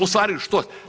U stvari što?